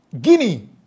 Guinea